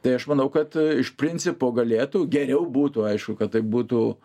tai aš manau kad iš principo galėtų geriau būtų aišku kad tai būtų